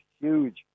huge